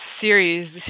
series